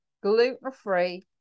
gluten-free